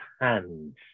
hands